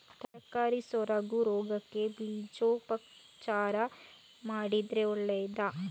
ತರಕಾರಿ ಸೊರಗು ರೋಗಕ್ಕೆ ಬೀಜೋಪಚಾರ ಮಾಡಿದ್ರೆ ಒಳ್ಳೆದಾ?